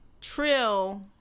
Trill